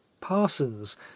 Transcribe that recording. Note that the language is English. parsons